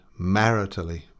maritally